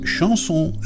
Chanson